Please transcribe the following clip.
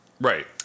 Right